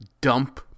dump